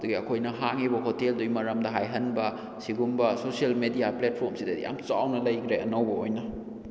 ꯑꯗꯒꯤ ꯑꯩꯈꯣꯏꯅ ꯍꯥꯡꯉꯤꯕ ꯍꯣꯇꯦꯜꯗꯨꯒꯤ ꯃꯔꯝꯗ ꯍꯥꯏꯍꯟꯕ ꯁꯤꯒꯨꯝꯕ ꯁꯣꯁꯦꯜ ꯃꯦꯗꯤꯌꯥ ꯄ꯭ꯂꯦꯠꯐꯣꯝꯁꯤꯗ ꯌꯥꯝ ꯆꯥꯎꯅ ꯂꯩꯈ꯭ꯔꯦ ꯑꯅꯧꯕ ꯑꯣꯏꯅ